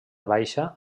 baixa